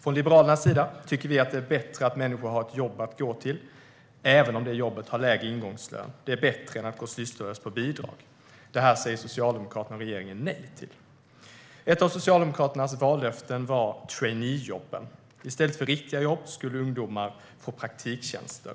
Från Liberalernas sida tycker vi att det är bättre att människor har ett jobb att gå till även om det jobbet har lägre ingångslön. Det är bättre än att gå sysslolös på bidrag. Det här säger Socialdemokraterna och regeringen nej till. Ett av Socialdemokraternas vallöften var traineejobben. I stället för riktiga jobb skulle ungdomar få praktiktjänster.